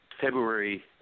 February